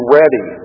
ready